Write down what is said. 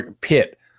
Pitt